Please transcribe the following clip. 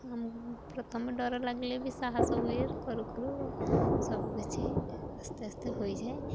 ଆମକୁ ପ୍ରଥମେ ଡ଼ର ଲାଗିଲେ ବି ସାହସ ହୁଏ କରୁ କରୁ ସବୁ କିିଛି ଆସ୍ତେ ଆସ୍ତେ ହୋଇଯାଏ